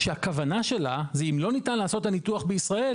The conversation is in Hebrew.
שהכוונה שלה זה אם לא ניתן לעשות את הניתוח בישראל,